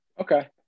Okay